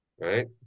right